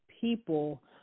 people